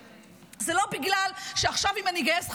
זה לא בגלל שעכשיו אם אני אגייס חרדים,